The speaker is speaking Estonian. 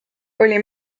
oli